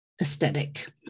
aesthetic